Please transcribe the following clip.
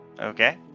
Okay